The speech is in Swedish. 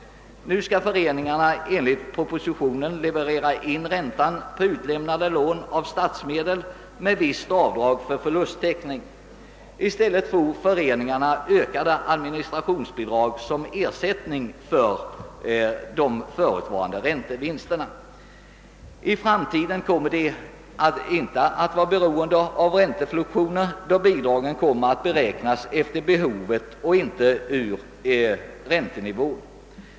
Nu skall föreningarna enligt propositionen leverera in räntan på utlämnade lån av statsmedel med vinstavdrag för täckande av förlust. I stället får föreningarna ökade administrationsbidrag som ersättning för de förutvarande räntevinsterna. I framtiden kommer föreningarna inte att vara beroende av räntans fluktuationer, då bidragen kommer att beräknas efter behovet och inte efter då gällande räntenivå.